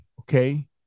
okay